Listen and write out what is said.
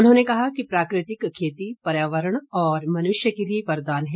उन्होंने कहा कि प्राकृतिक खेती पर्यावरण और मनुष्य के लिए वरदान है